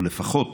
או לפחות